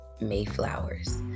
Mayflowers